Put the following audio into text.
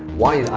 why